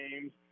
games